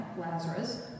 Lazarus